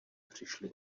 přišli